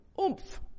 oomph